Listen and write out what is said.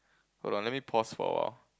hold on let me pause for a while